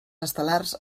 estel·lars